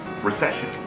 Recession